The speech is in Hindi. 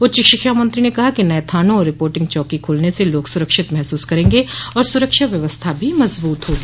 उच्च शिक्षा मंत्री ने कहा कि नये थानों और रिपोर्टिंग चौकी खुलने से लोग सुरक्षित महसूस करेंगे और सुरक्षा व्यवस्था भी मजबूत होगी